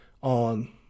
on